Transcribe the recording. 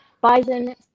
Bison